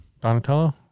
Donatello